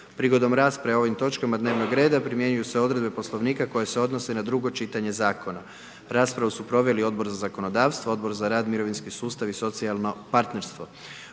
Prigodom rasprave o ovim točkama dnevnog reda primjenjuju se odredbe Poslovnika koje se odnose na drugo čitanje Zakona. Raspravu su proveli Odbor za zakonodavstvo, Odbor za rad, mirovinski sustav i socijalno partnerstvo.